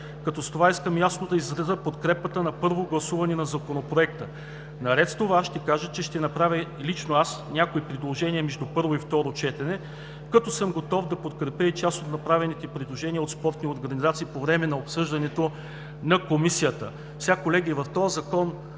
като с това искам ясно да изразя подкрепата на първо гласуване на Законопроекта. Наред с това ще кажа, че лично аз ще направя някои предложения между първо и второ четене, като съм готов да подкрепя и част от направените предложения от спортни организации по време на обсъждането на Комисията. Колеги, този Закон,